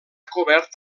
cobert